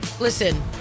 Listen